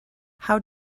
how